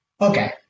Okay